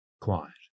quiet